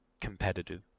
competitive